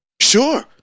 Sure